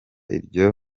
iryo